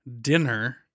Dinner